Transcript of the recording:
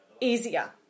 easier